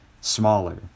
smaller